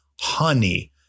honey